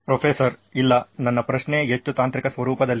professor ಇಲ್ಲ ನನ್ನ ಪ್ರಶ್ನೆ ಹೆಚ್ಚು ತಾಂತ್ರಿಕ ಸ್ವರೂಪದಲ್ಲಿದೆ